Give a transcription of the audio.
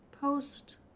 post